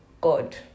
God